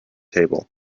table